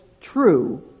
true